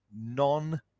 non